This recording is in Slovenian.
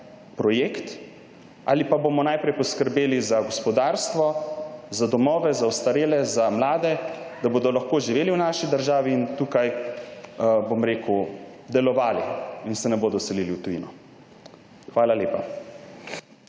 projekt, ali pa bomo najprej poskrbeli za gospodarstvo, za domove za ostarele, za mlade, da bodo lahko živeli v naši državi, tukaj delovali in se ne bodo selili v tujino? Hvala lepa.